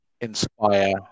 inspire